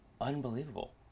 Unbelievable